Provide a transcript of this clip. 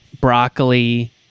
broccoli